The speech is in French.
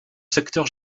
secteur